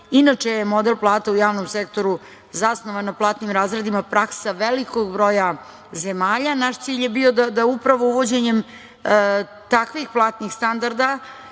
Inače je model plata u javnom sektoru zasnovan na platnim razredima praksa velikog broja zemalja. Naš cilj je bio da upravo uvođenjem takvih platnih standarda